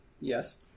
yes